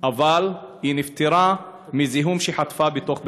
אבל היא נפטרה מזיהום שהיא חטפה בתוך בית-החולים,